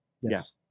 Yes